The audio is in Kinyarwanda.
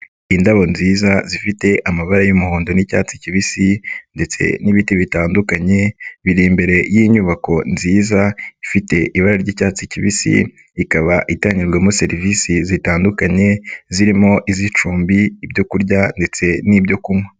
Indabo nziza zifite amabara y'umuhondo n'icyatsi kibisi ndetse n'ibiti bitandukanye biri imbere y'inyubako nziza ifite ibara ry'icyatsi kibisi, ikaba itangirwajwemo serivisi zitandukanye zirimo iz'icumbi, ibyo kurya ndetse n'ibyo kunywa.